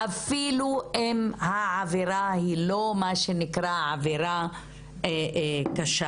אפילו אם העבירה היא לא מה שנקרא עבירה קשה.